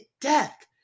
death